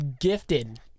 gifted